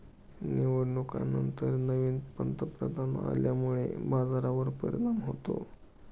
निवडणुकांनंतर नवीन पंतप्रधान आल्यामुळे बाजारावर परिणाम होतो